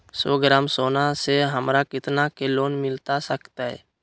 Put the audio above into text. सौ ग्राम सोना से हमरा कितना के लोन मिलता सकतैय?